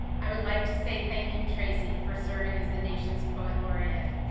i would like to say thank you, tracy, for serving as the nation's poet laureate,